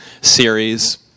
series